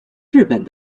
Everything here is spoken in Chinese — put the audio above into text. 日本